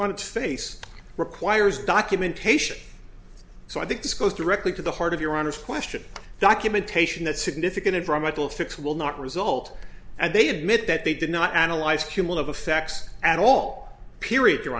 on its face requires documentation so i think this goes directly to the heart of your honor's question documentation that significant environmental fix will not result and they admit that they did not analyze cumulative effects at all period you